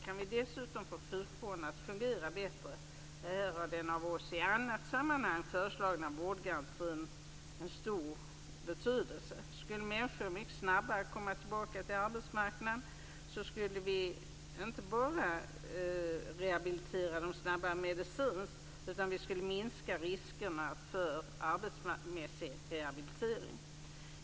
Om vi dessutom kunde få sjukvården att fungera bättre - här har den av oss i annat sammanhang föreslagna vårdgarantin stor betydelse - skulle människor mycket snabbare kunna komma tillbaka till arbetsmarknaden. Vi skulle inte bara snabbare rehabilitera dem medicinskt utan också minska riskerna vad gäller arbetsmässig rehabilitering.